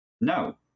No